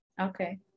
okay